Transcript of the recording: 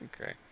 Okay